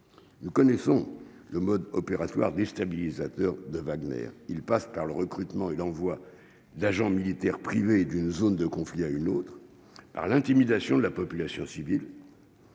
Nous connaissons le mode opératoire déstabilisateur de Wagner, il passe par le recrutement et l'envoi d'agents militaires privées d'une zone de conflit, a une autre, par l'intimidation de la population civile.